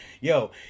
Yo